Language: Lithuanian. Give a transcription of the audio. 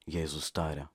jėzus taria